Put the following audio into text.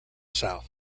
south